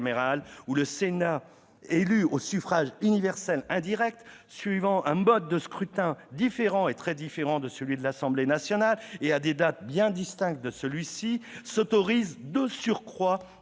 où un Sénat élu au suffrage universel indirect, suivant un mode de scrutin très différent de celui de l'Assemblée nationale et à des dates bien distinctes de celle-ci, s'autorise, de surcroît,